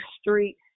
street